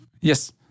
yes